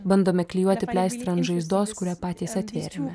bandome klijuoti pleistrą ant žaizdos kurią patys atvėrėme